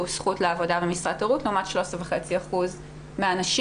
זכות לעבודה במשרת הורות לעומת 13.5% מהנשים.